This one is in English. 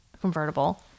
convertible